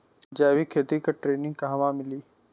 जैविक खेती के ट्रेनिग कहवा मिली?